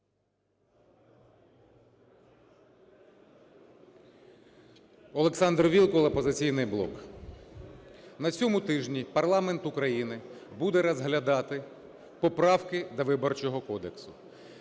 Олександр Вілкул, "Опозиційний блок". На цьому тижні парламент України буде розглядати поправки до Виборчого кодексу.